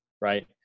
right